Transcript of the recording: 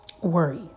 worry